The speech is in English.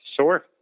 Sure